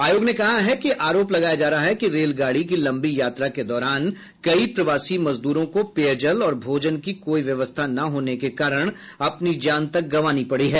आयोग ने कहा है कि आरोप लगाया जा रहा है कि रेलगाड़ी की लम्बी यात्रा के दौरान कई प्रवासी मजदूरों को पेयजल और भोजन की कोई व्यवस्था न होने के कारण अपनी जान तक गंवानी पड़ी है